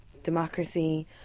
democracy